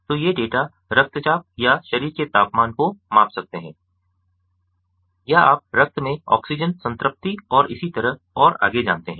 तो ये डेटा रक्तचाप या शरीर के तापमान को माप सकते हैं या आप रक्त में ऑक्सीजन संतृप्ति और इसी तरह और आगे जानते हैं